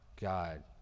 God